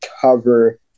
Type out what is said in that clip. cover